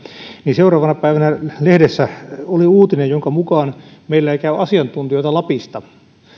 seuraavana päivänä lehdessä oli uutinen jonka mukaan meillä ei käy asiantuntijoita lapista